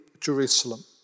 Jerusalem